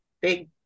big